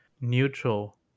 neutral